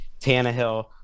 Tannehill